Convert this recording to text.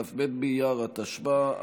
כ"ב באייר התשפ"א,